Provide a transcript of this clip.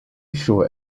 sure